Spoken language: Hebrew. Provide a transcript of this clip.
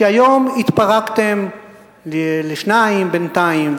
שהיום התפרקתם לשניים בינתיים,